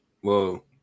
Whoa